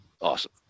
Awesome